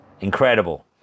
Incredible